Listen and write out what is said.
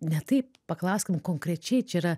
ne taip paklauskim konkrečiai čia yra